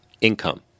income